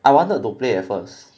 I wanted to play at first